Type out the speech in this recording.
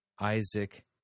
Isaac